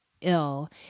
ill